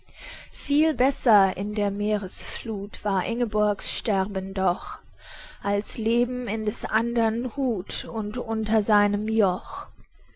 viel besser in der meeresfluth war ingeborgs sterben doch als leben in des andern hut und unter seinem joch